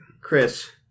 Chris